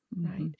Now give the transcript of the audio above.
Right